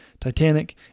Titanic